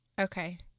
Okay